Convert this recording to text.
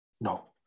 No